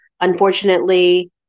unfortunately